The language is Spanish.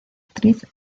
actriz